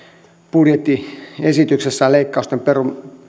budjettiesityksessään leikkausten perumista